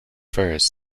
firs